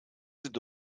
sind